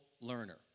learner